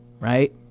right